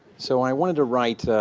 so i wanted to write